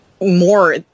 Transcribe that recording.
more